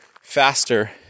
faster